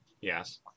Yes